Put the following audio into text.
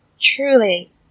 truly